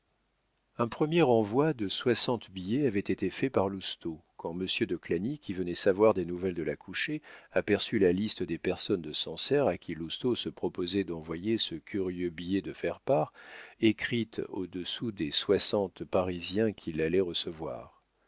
un premier envoi de soixante billets avait été fait par lousteau quand monsieur de clagny qui venait savoir des nouvelles de l'accouchée aperçut la liste des personnes de sancerre à qui lousteau se proposait d'envoyer ce curieux billet de faire part écrite au-dessous des soixante parisiens qui l'allaient recevoir